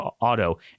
auto